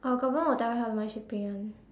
our government will tell you how much to pay [one]